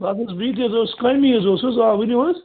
باقٕے حظ بِہِتھٕے حظ اوس کامی حظ اوسُس آ ؤنیُو حظ